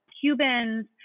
Cubans